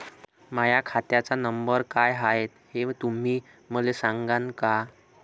माह्या खात्याचा नंबर काय हाय हे तुम्ही मले सागांन का?